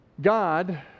God